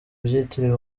byitiriwe